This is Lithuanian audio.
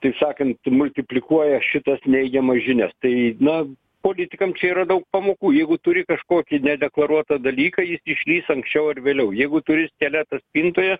taip sakant multiplikuoja šitas neigiamas žinias tai na politikam čia yra daug pamokų jeigu turi kažkokį nedeklaruotą dalyką ji išlįs anksčiau ar vėliau jeigu turi skeletą spintoje